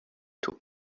tôt